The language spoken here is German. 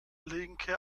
linke